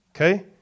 Okay